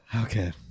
okay